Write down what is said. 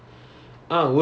oh